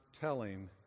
telling